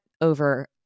over